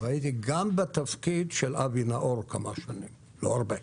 והייתי גם בתפקיד של אבי נאור כמה שנים, לא הרבה.